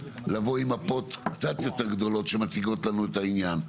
לבוא עם מפות קצת יותר גדולות שמציגות לנו את העניין,